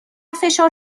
فشار